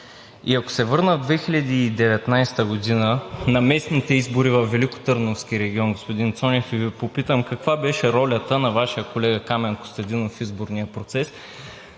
Ако се върна в 2019 г. на местните избори във Великотърновски регион, господин Цонев, и Ви попитам: каква беше ролята на Вашия колега Камен Костадинов в изборния процес,